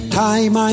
time